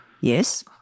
Yes